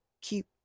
keep